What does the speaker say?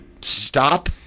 Stop